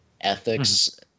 ethics